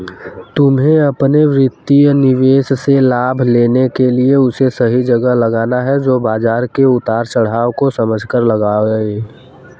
तुम्हे अपने वित्तीय निवेश से लाभ लेने के लिए उसे सही जगह लगाना है तो बाज़ार के उतार चड़ाव को समझकर लगाओ